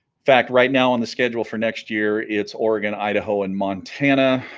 fact right now on the schedule for next year it's oregon idaho and montana